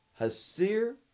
Hasir